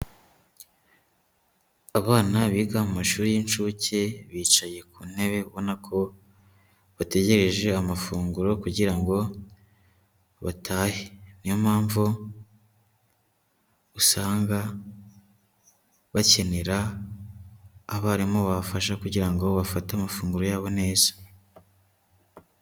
Abana biga mu mashuri y'incuke bicaye ku ntebe ubona ko bategereje amafunguro kugira ngo batahe. Niyo mpamvu usanga bakenera abarimu babafasha kugira ngo bafate amafunguro yabo neza.